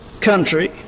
country